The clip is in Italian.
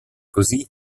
così